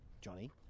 Johnny